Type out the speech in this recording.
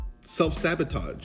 self-sabotage